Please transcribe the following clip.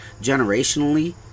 generationally